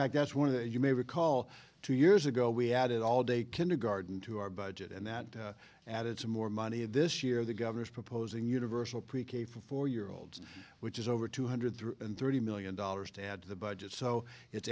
fact that's one of the you may recall two years ago we had it all day kindergarten to our budget and that added some more money this year the governor is proposing universal pre k for four year olds which is over two hundred and thirty million dollars to add to the budget so it's